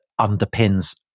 underpins